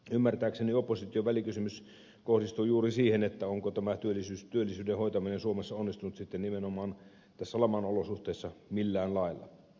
ymmärtääkseni opposition välikysymys kohdistuu juuri siihen onko tämä työllisyyden hoitaminen suomessa onnistunut nimenomaan laman olosuhteissa millään lailla